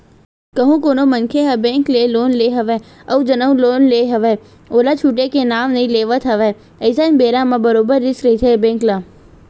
कहूँ कोनो मनखे ह बेंक ले लोन ले हवय अउ जउन लोन ले हवय ओला छूटे के नांव नइ लेवत हवय अइसन बेरा म बरोबर रिस्क रहिथे बेंक ल